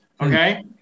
Okay